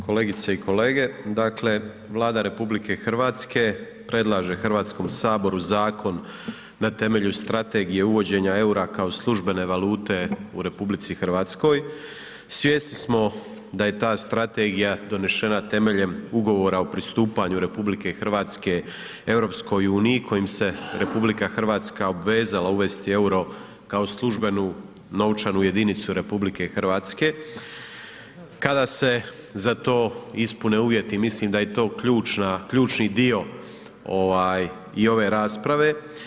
Kolegice i kolege, dakle Vlada RH predlaže Hrvatskom saboru zakon na temelju strategije uvođenja eura kao službene valute u RH, svjesni smo da je ta strategija donešena temeljem ugovora o pristupanju RH EU-u kojom se RH obvezala vesti euro kao službenu novčanu jedinicu RH kada se za to ispune uvjeti, mislim da je to ključni dio i ove rasprave.